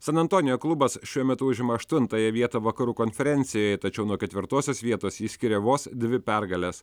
san antonijo klubas šiuo metu užima aštuntąją vietą vakarų konferencijoje tačiau nuo ketvirtosios vietos jį skiria vos dvi pergalės